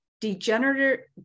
degenerative